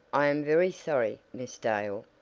i am very sorry, miss dale,